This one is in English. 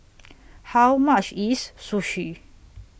How much IS Sushi